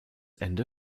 ende